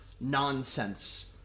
nonsense